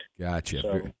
Gotcha